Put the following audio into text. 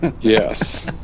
Yes